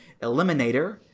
Eliminator